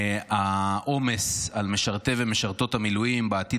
העומס על משרתי ומשרתות המילואים בעתיד